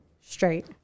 straight